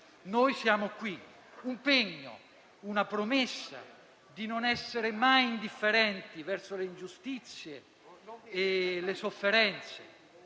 Noi siamo qui». Un Pegno, una promessa di non essere mai indifferenti verso le ingiustizie e le sofferenze,